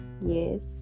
yes